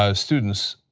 ah students,